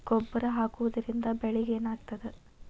ಗೊಬ್ಬರ ಹಾಕುವುದರಿಂದ ಬೆಳಿಗ ಏನಾಗ್ತದ?